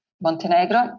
Montenegro